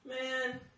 man